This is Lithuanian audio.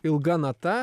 ilga nata